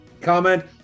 comment